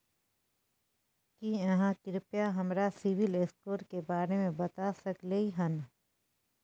की आहाँ कृपया हमरा सिबिल स्कोर के बारे में बता सकलियै हन?